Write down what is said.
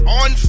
on